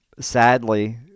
sadly